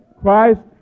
Christ